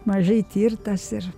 mažai tirtas ir